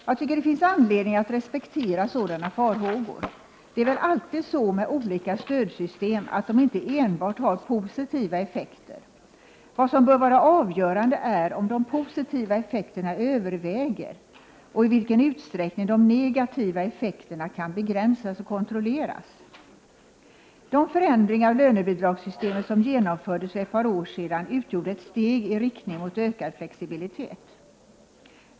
Jag tycker det finns anledning att respektera sådana farhågor. Det är väl alltid så med olika stödsystem, att de inte enbart har positiva effekter. Vad som bör vara avgörande är om de positiva effekterna överväger och i vilken utsträckning de negativa effekterna kan begränsas och kontrolleras. De förändringar av lönebidragssystemet som genomfördes för ett par år sedan utgjorde ett steg i riktning mot ökad flexibilitet.